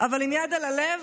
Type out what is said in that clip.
אבל עם יד על הלב,